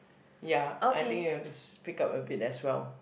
ya I think you have to speak up a bit as well